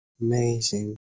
Amazing